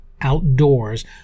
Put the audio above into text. outdoors